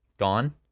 Gone